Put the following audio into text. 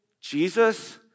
Jesus